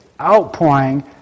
outpouring